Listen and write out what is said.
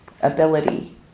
ability